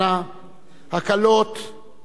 הכלות ליאת וסיגל,